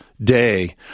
Day